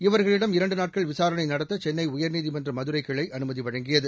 இவர்களிடம் இரண்டு நாட்கள் விசாரணை நடத்த சென்னை உயர்நீதிமன்ற மதுரைக் கிளை அனுமதி வழங்கியது